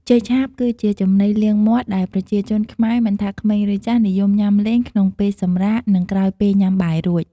ចេកឆាបគឺជាចំណីលាងមាត់ដែលប្រជាជនខ្មែរមិនថា ក្មេង ឬចាស់និយមញុាំលេងក្នុងពេលសម្រាក និងក្រោយពេលញុំាបាយរួច។